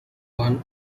one